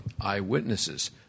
eyewitnesses